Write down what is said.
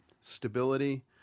stability